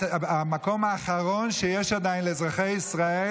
את המקום האחרון שיש עדיין לאזרחי ישראל